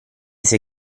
sei